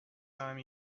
time